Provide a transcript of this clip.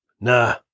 Nah